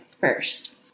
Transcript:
first